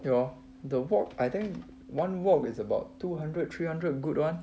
ya the wok I think one wok is about two hundred three hundred good [one]